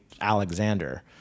Alexander